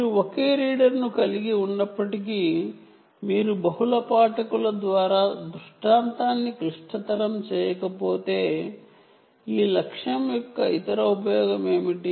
మీరు ఒకే రీడర్ను కలిగి ఉన్నప్పటికీ మీరు బహుళ పాఠకుల ద్వారా దృష్టాంతాన్ని క్లిష్టతరం చేయకపోతే ఈ లక్ష్యం యొక్క ఇతర ఉపయోగం ఏమిటి